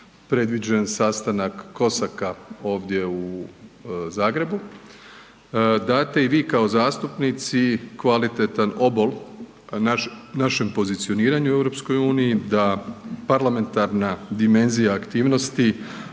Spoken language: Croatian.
predviđen sastanak Cossacksa ovdje u Zagrebu date i vi kao zastupnici kvalitetan obol našem pozicioniranju u EU, da parlamentarna dimenzija aktivnosti